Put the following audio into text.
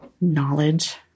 knowledge